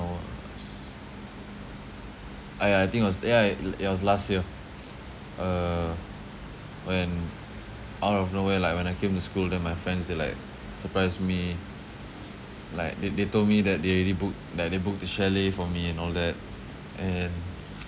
was I I think it was ya it l~ it was last year uh when out of nowhere like when I came to school then my friends they like surprised me like they they told me that they already booked that they booked the chalet for me and all that and